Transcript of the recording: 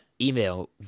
email